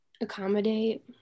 accommodate